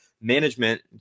management